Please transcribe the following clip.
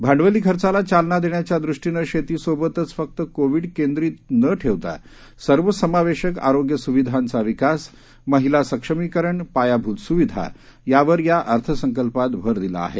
भांडवली खर्चाला चालना देण्याच्या दृष्टीनं शेती सोबतच फक्त कोविड केंद्रीत नं ठेवता सर्वसमावेशक आरोग्य सुविधांचा विकास महिला सक्षमीकरण पायाभूत सुविधा यावर या अर्थसंकल्पात भर दिला आहे